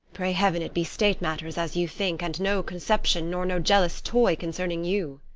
pray heaven it be state matters, as you think, and no conception nor no jealous toy concerning you.